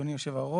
אדוני יושב הראש,